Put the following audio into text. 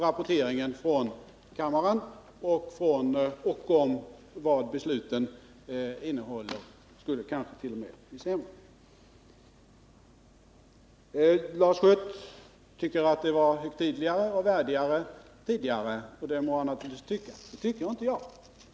Rapporteringen från kammaren och informationen om vad besluten innebär skulle kanske t.o.m. bli sämre. Lars Schött tycker att det var högtidligare och värdigare tidigare, och det må han naturligtvis tycka. Det tycker inte jag.